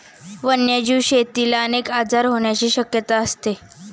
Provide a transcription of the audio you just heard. वन्यजीव शेतीला अनेक आजार होण्याची शक्यता असते